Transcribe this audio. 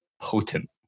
potent